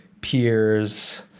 peers